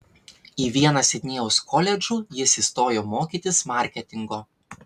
į vieną sidnėjaus koledžų jis įstojo mokytis marketingo